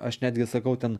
aš netgi sakau ten